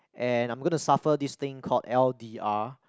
and I'm gonna suffer this thing called L_D_R